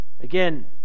Again